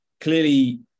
Clearly